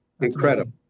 incredible